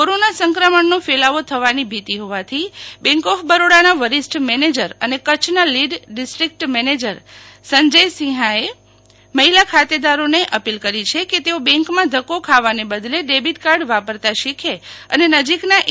corona સંક્રમણનો ફેલાવો થવાની ભીતિ હોવાથી બેન્ક ઓફ બરોડાના વરિષ્ઠ મેનેજર અને કચ્છના lead district manager Sanjay Sinha એ મહિલા ખાતેદારો ને અપીલ કરી છે કે તેઓ બેન્કમાં ધક્કો ખાવાને બદલે ડેબિટ કાર્ડ વપરાતા શીખે અને નજીકના એ